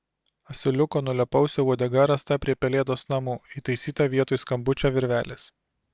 asiliuko nulėpausio uodega rasta prie pelėdos namų įtaisyta vietoj skambučio virvelės